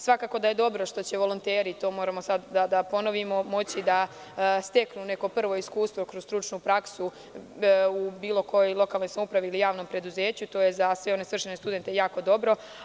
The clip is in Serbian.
Svakako da je dobro što će volonteri moći da steknu neko prvo iskustvo kroz stručnu praksu u bilo kojoj lokalnoj samoupravi ili javnom preduzeću, to je za sve one svršene studente jako dobro.